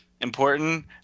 important